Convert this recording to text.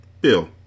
Bill